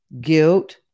guilt